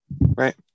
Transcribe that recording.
right